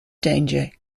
danger